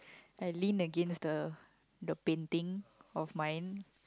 I lean against the the painting of mine